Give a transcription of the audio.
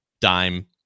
dime